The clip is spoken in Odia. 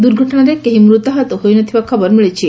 ଦୂର୍ଘଟଣାରେ କେହି ମୃତାହତ ହୋଇନଥିବା ଖବର ମିଳିଛି